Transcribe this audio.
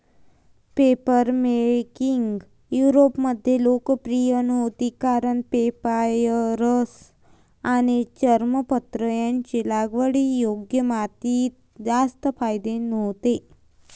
papermaking युरोपमध्ये लोकप्रिय नव्हती कारण पेपायरस आणि चर्मपत्र यांचे लागवडीयोग्य मातीत जास्त फायदे नव्हते